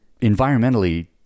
environmentally